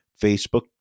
Facebook